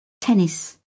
Tennis